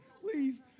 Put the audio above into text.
please